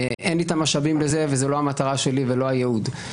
אין לי את המשאבים לזה, וזה לא המטרה והייעוד שלי.